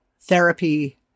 therapy